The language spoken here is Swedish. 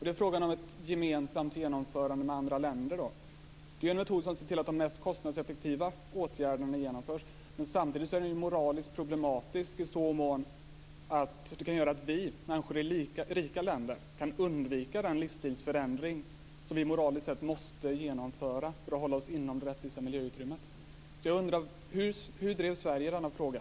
Det är frågan om ett gemensamt genomförande med andra länder. Det är en metod som ser till att de mest kostnadseffektiva åtgärderna genomförs, men samtidigt är den moraliskt problematisk i den mån att den kan göra att vi människor i rika länder kan undvika den livsstilsförändring som vi moraliskt sett måste genomföra för att hålla oss inom det rättvisa miljöutrymmet. Hur drev Sverige denna fråga?